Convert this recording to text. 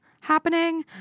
happening